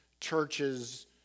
churches